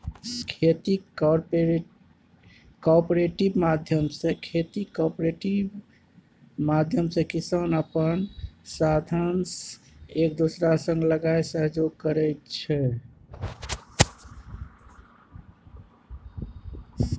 खेतीक कॉपरेटिव माध्यमे किसान अपन साधंश एक दोसरा संग लगाए सहयोग करै छै